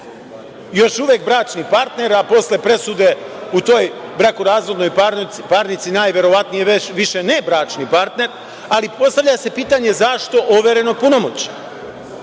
još uvek bračni partner, a posle presude u toj brakorazvodnoj parnici, najverovatnije više ne bračni partner, ali postavlja se pitanje – zašto overeno punomoćje?